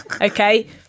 Okay